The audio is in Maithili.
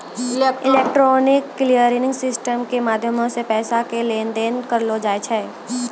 इलेक्ट्रॉनिक क्लियरिंग सिस्टम के माध्यमो से पैसा के लेन देन करलो जाय छै